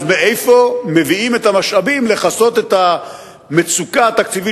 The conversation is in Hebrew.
אז מאיפה מביאים את המשאבים לכסות את המצוקה התקציבית